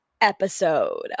episode